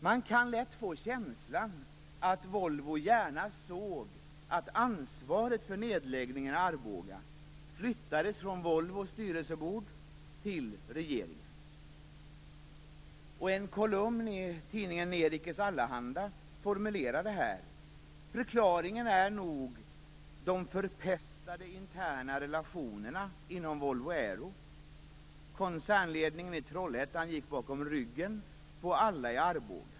Man kan lätt få känslan av att Volvo gärna såg att ansvaret för nedläggningen i Arboga flyttades från En kolumn i tidningen Nerikes Allehanda formulerar det hela så här: Förklaringen är nog de förpestade interna relationerna inom Volvo Aero. Koncernledningen i Trollhättan gick bakom ryggen på alla i Arboga.